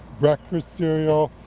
breakfast cereal,